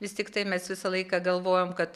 vis tiktai mes visą laiką galvojom kad